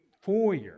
foyer